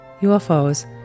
UFOs